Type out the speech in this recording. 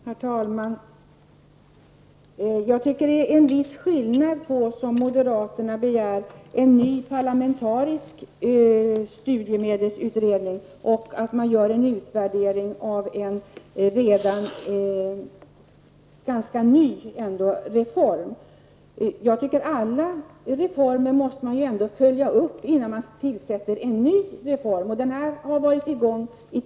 Herr talman! Jag tycker att det är viss skillnad på en ny parlamentarisk studiemedelsutredning som moderaterna begär och en utvärdering av en ganska ny reform. Alla reformer måste följas upp innan man tillsätter utredning om en ny reform. Denna genomfördes för två år sedan.